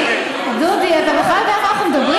דודי, דודי, אתה בכלל יודע על מה אנחנו מדברים?